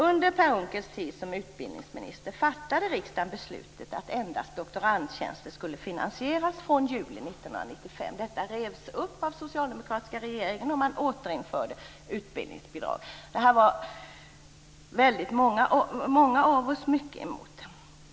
Under Per Unckels tid som utbildningsminister fattade riksdagen beslutet att endast doktorandtjänster skulle finansieras från juli 1995. Detta revs upp av den socialdemokratiska regeringen, och man återinförde utbildningsbidrag. Det här var väldigt många av oss mycket emot.